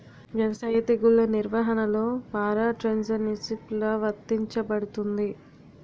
వ్యవసాయ తెగుళ్ల నిర్వహణలో పారాట్రాన్స్జెనిసిస్ఎ లా వర్తించబడుతుంది?